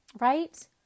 right